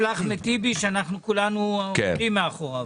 אחמד טיבי שאנחנו כולנו עומדים מאחוריו.